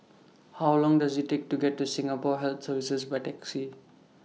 How Long Does IT Take to get to Singapore Health Services By Taxi